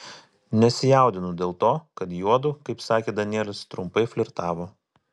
nesijaudinu dėl to kad juodu kaip sakė danielis trumpai flirtavo